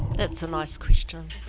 that's a nice question.